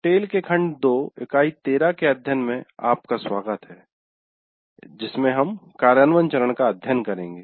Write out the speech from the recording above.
tell के खंड 2 इकाई 13 के अध्ययन में आपका स्वागत है हम कार्यान्वयन चरण का अध्ययन करेंगे